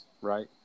right